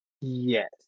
yes